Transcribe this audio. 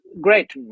great